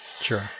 sure